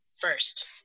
first